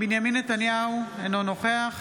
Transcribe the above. בנימין נתניהו, אינו נוכח